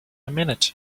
minute